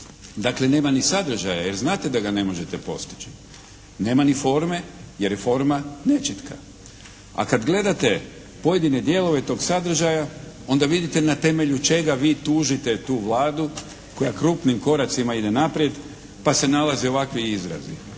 Dakle nema ni sadržaja jer znate da ga ne možete postići. Nema ni forme jer je forma nečitka. A kad gledate pojedine dijelove tog sadržaja onda vidite na temelju čega vi tužite tu Vladu koja krupnim koracima ide naprijed pa se nalaze ovakvi izrazi,